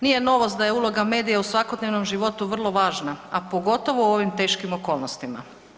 Nije novost da je uloga medija u svakodnevnom životu vrlo važna, a pogotovo u ovim teškim okolnostima.